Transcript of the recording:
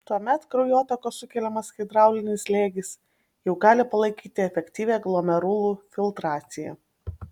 tuomet kraujotakos sukeliamas hidraulinis slėgis jau gali palaikyti efektyvią glomerulų filtraciją